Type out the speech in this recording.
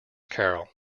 carol